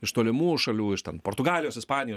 iš tolimų šalių iš ten portugalijos ispanijo